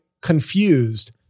confused